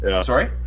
sorry